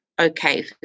okay